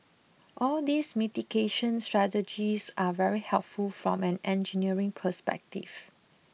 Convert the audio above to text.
all these mitigation strategies are very helpful from an engineering perspective